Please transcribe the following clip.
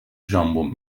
ژامبون